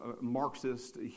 Marxist